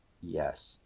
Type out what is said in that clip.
Yes